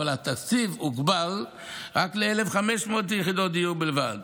אבל התקציב הוגבל ל-1,500 יחידות דיור בלבד.